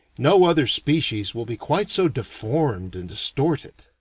no other species will be quite so deformed and distorted.